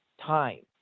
time